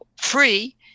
free